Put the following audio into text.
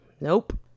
Nope